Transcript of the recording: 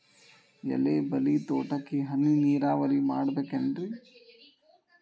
ಎಲೆಬಳ್ಳಿ ತೋಟಕ್ಕೆ ಹನಿ ನೇರಾವರಿ ಮಾಡಬಹುದೇನ್ ರಿ?